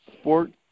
Sport